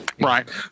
Right